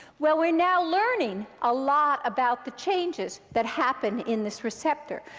well, we're now learning a lot about the changes that happen in this receptor.